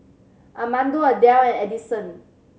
Armando Adell and Addison